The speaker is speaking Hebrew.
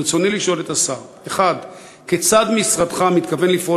ברצוני לשאול את השר: 1. כיצד משרדך מתכוון לפעול